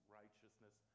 righteousness